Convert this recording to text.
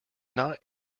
not